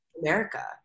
America